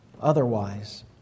otherwise